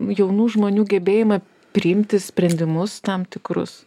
jaunų žmonių gebėjimą priimti sprendimus tam tikrus